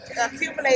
accumulate